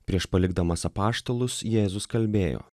prieš palikdamas apaštalus jėzus kalbėjo